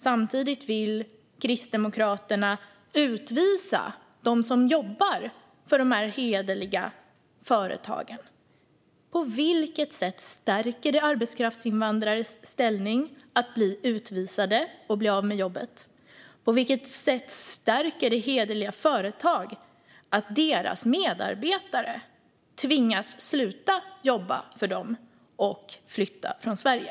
Samtidigt vill Kristdemokraterna utvisa dem som jobbar för de hederliga företagen. På vilket sätt stärker det arbetskraftsinvandrares ställning att bli utvisade och bli av med jobbet? På vilket sätt stärker det hederliga företag att deras medarbetare tvingas sluta jobba för dem och flytta från Sverige?